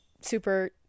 super